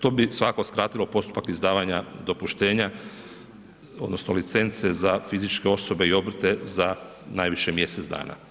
To bi svakako skratilo postupak izdavanja dopuštenja odnosno licence za fizičke osobe i obrte za najviše mjesec dana.